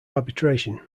arbitration